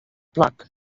plak